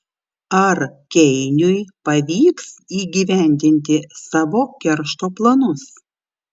ar keiniui pavyks įgyvendinti savo keršto planus